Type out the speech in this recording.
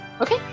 Okay